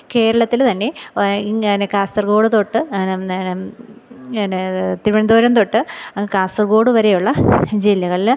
കേരളത്തിൽ തന്നെ ഇങ്ങനെ കാസർഗോഡ് തൊട്ട് പിന്നെ അത് തിരുവനന്തപുരം തൊട്ട് അങ്ങ് കാസർഗോഡ് വരെയുള്ള ജില്ലകളിൽ